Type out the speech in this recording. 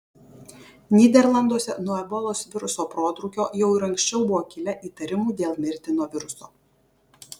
nyderlanduose nuo ebolos viruso protrūkio jau ir anksčiau buvo kilę įtarimų dėl mirtino viruso